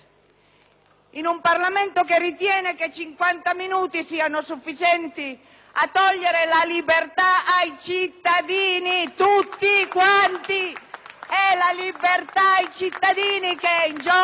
in un Parlamento che ritiene che 50 minuti siano sufficienti a togliere la libertà ai cittadini, tutti quanti (è la libertà ai cittadini che è in gioco!),